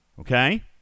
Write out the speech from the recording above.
Okay